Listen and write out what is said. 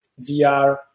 VR